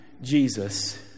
jesus